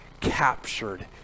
captured